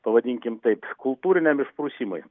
pavadinkim taip kultūriniam išprusimui